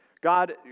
God